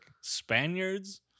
Spaniards